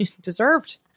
Deserved